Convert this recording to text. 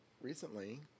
recently